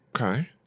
Okay